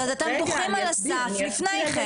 אז אתם דוחים על הסף לפני כן.